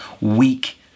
weak